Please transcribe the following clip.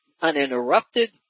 uninterrupted